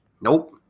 Nope